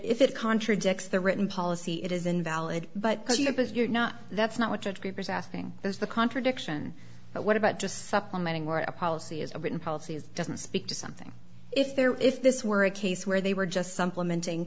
if it contradicts the written policy it is invalid but you're not that's not what judge peepers asking is the contradiction but what about just supplementing what a policy is a written policy it doesn't speak to something if they're if this were a case where they were just some plummeting